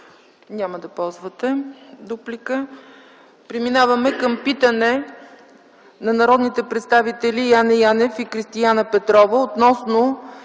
Няма да ползвате дуплика. Преминаваме към питане на народните представители Яне Янев и Кристияна Петрова относно